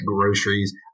groceries